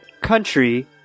country